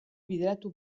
bideratu